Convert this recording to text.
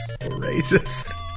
Racist